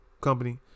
Company